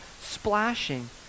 splashing